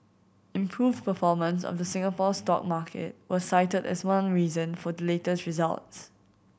improved performance of the Singapore stock market was cited as one reason for the latest results